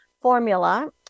formula